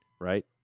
right